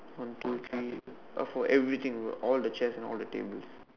one two three for everything all the chairs and all the tables